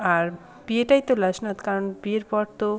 আর বিয়েটাই তো লাস্ট না কারণ বিয়ের পর তো